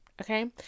okay